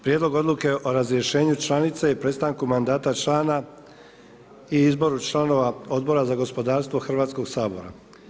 Prijedlog Odluke o razrješenju članice i prestanku mandata člana i izboru članova Odbora za gospodarstvo Hrvatskoga sabora.